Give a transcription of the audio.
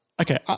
okay